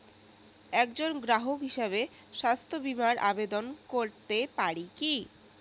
একজন গ্রাহক হিসাবে স্বাস্থ্য বিমার আবেদন করতে পারি কি?